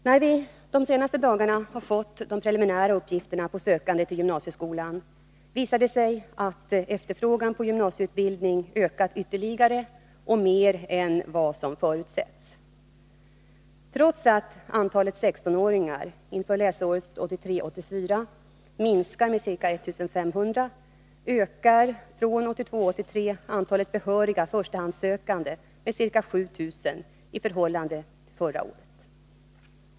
När vi de senaste dagarna har fått de preliminära uppgifterna på sökanden till gymnasieskolan, visar det sig att efterfrågan på gymnasieutbildning ökat ytterligare och mer än vad som förutsetts. Trots att antalet 16-åringar inför läsåret 1983 83 antalet behöriga förstahandssökande med ca 7 000 i förhållande till förra året.